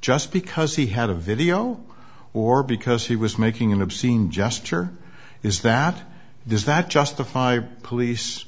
just because he had a video or because he was making an obscene gesture is that does that justify police